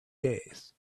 days